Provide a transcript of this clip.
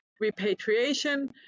repatriation